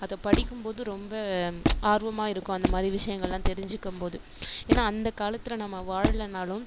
அதை படிக்கும்போது ரொம்ப ஆர்வமாக இருக்கும் அந்தமாதிரி விஷயங்கள்லாம் தெரிஞ்சுக்கம்போது ஏன்னா அந்த காலத்தில் நம்ம வாழ்லனாலும்